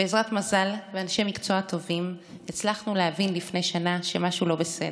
בעזרת מזל ואנשי מקצוע טובים הצלחנו להבין לפני שנה שמשהו לא בסדר.